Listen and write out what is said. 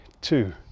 two